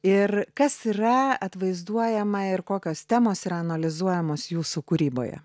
ir kas yra atvaizduojama ir kokios temos yra analizuojamos jūsų kūryboje